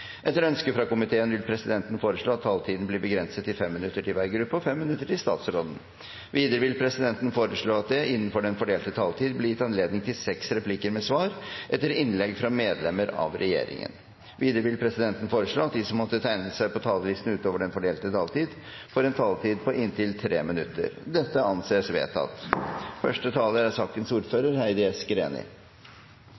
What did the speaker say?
Etter ønske fra kommunal- og forvaltningskomiteen vil presidenten foreslå at taletiden blir begrenset til 5 minutter til hver gruppe og 5 minutter til statsråden. Videre vil presidenten foreslå at det blir gitt anledning til seks replikker med svar etter innlegg fra medlemmer av regjeringen innenfor den fordelte taletid. Videre vil presidenten foreslå at de som måtte tegne seg på talerlisten utover den fordelte taletid, får en taletid på inntil 3 minutter. – Dette anses vedtatt.